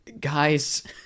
Guys